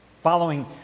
Following